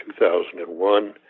2001